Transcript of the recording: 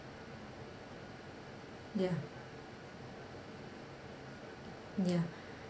ya ya